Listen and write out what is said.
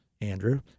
Andrew